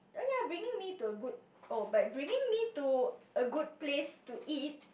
oh ya bringing me to a good oh but bringing me to a good place to eat